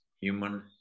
human